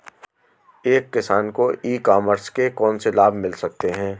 एक किसान को ई कॉमर्स के कौनसे लाभ मिल सकते हैं?